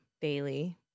daily